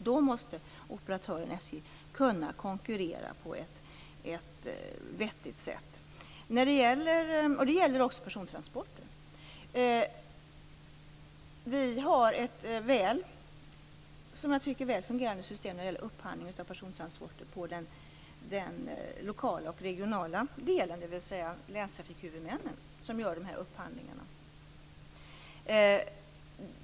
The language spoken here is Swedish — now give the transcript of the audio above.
Då måste operatören SJ kunna konkurrera på ett vettigt sätt, och det gäller också persontransporter. Vi har ett väl fungerande system för upphandling av persontransporter på de lokala och regionala delarna. Det är länstrafikhuvudmännen som gör dessa upphandlingar.